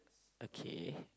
okay